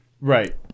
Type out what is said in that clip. Right